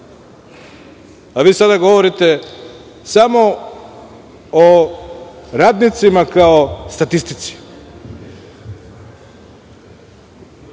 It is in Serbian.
A vi sada govorite samo o radnicima kao statistici.